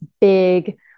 big